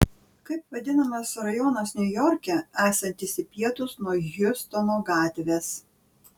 kaip vadinamas rajonas niujorke esantis į pietus nuo hjustono gatvės